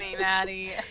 Maddie